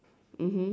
mmhmm